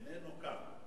איננו כאן.